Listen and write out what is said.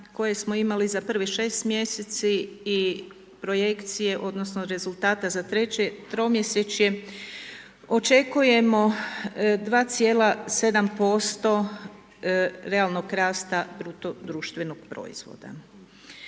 koje smo imali za prvih 6 mjeseci i projekcije odnosno rezultata za treće tromjesečje, očekujemo 2,7% realnog rasta BDP-a. Tako ovaj